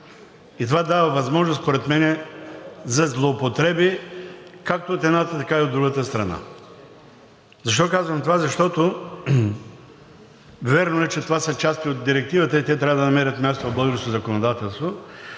Това дава възможност според мен за злоупотреби както от едната, така и от другата страна. Защо казвам това? Вярно е, че това са части от Директивата и те трябва да намерят място в българското законодателство,